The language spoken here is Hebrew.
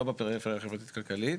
לא בפריפריה החברתית כלכלית,